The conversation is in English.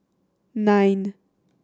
nine